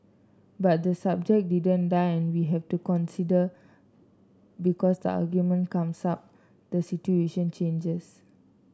but the subject didn't die and we have to consider because the argument comes up the situation changes